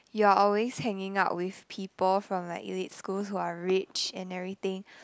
you're always hanging out with people from like elite schools who are rich and everything